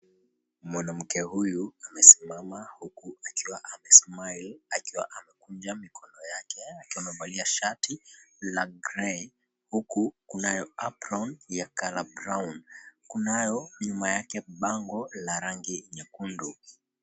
Mwanamke huyu amesimama huku akiwa ame smile akiwa amekunja mikono yake huku amevalia shati la grey huku kunayo apron ya colour brown kunayo nyuma yake bango la rangi nyekundu.